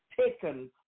taken